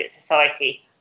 society